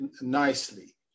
nicely